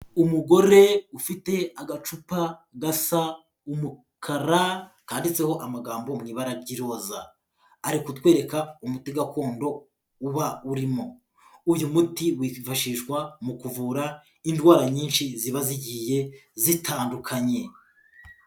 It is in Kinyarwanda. Umugore ufite agacupa gasa umukara, kanditseho amagambo mu ibara ry'iroza. Ari kutwereka umuti gakondo uba urimo. Uyu muti wifashishwa mu kuvura indwara nyinshi ziba zigiye zitandukanye.